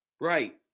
Right